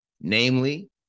Namely